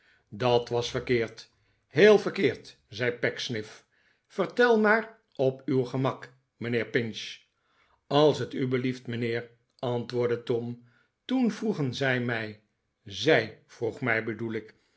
dat was verkeerd heel verkeerd zei pecksniff vertel maar op uw gemak mijnheer pinch als t u belieft mijnheer antwoordde tom toen vroegen zij mij z ij vroeg mij bedoel ik